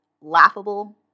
laughable